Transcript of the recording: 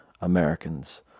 Americans